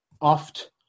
oft